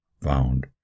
found